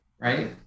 right